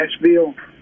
Nashville